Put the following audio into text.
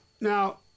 Now